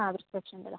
ആ അവ